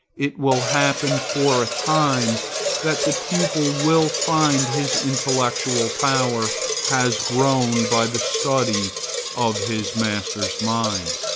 it will happen for a time that the pupil will find his intellectual power has grown by the study of his master's mind.